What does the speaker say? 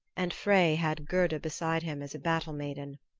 and frey had gerda beside him as a battle-maiden.